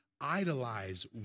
idolize